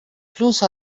plus